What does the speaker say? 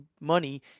money